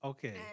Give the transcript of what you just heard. Okay